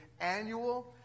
annual